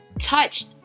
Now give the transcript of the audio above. touched